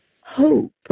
hope